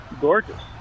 gorgeous